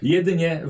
Jedynie